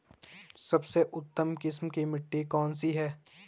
सबसे उत्तम किस्म की मिट्टी कौन सी है?